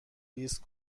لیست